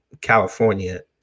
California